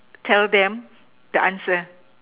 tell them the answer